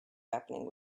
happening